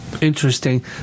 Interesting